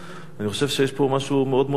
אני חושב שיש פה משהו מאוד מאוד מטריד,